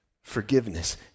forgiveness